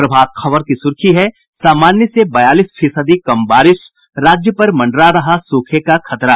प्रभात खबर की सुर्खी है सामान्य से बयालीस फीसदी कम बारिश राज्य पर मंडरा रहा सूखे का खतरा